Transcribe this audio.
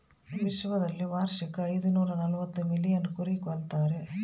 ವಿಶ್ವದಲ್ಲಿ ವಾರ್ಷಿಕ ಐದುನೂರನಲವತ್ತು ಮಿಲಿಯನ್ ಕುರಿ ಕೊಲ್ತಾರೆ